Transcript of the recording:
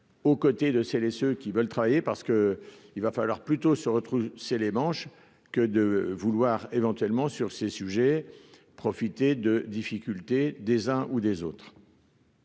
aux côtés de celles et ceux qui veulent travailler parce que, il va falloir plutôt se retrouvent, c'est les manches que de vouloir éventuellement sur ces sujets, profiter de difficultés des uns ou des autres.